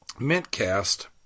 Mintcast